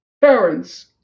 parents